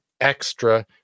extra